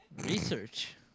Research